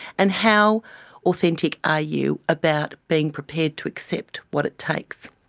and how authentic are you about being prepared to accept what it takes?